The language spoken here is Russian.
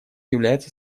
является